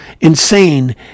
insane